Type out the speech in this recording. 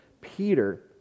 Peter